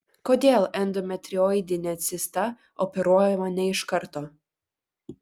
kodėl endometrioidinė cista operuojama ne iš karto